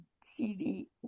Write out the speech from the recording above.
CD